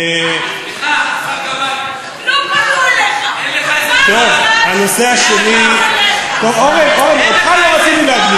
סליחה, השר גבאי, אין לך איזה מכל אמוניה להביא?